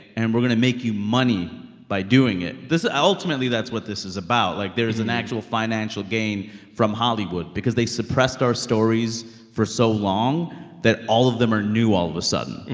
and we're going to make you money by doing it. this ultimately, that's what this is about. like, there is an actual financial gain from hollywood because they suppressed our stories for so long that all of them are new all of a sudden.